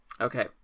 Okay